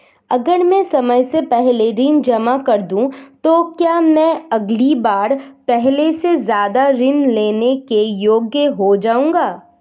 अगर मैं समय से पहले ऋण जमा कर दूं तो क्या मैं अगली बार पहले से ज़्यादा ऋण लेने के योग्य हो जाऊँगा?